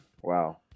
Wow